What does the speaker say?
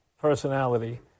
personality